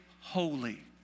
holy